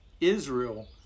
Israel